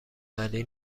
علی